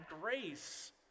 grace